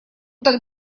так